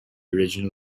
original